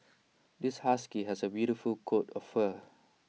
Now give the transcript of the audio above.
this husky has A beautiful coat of fur